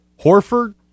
Horford